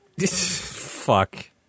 fuck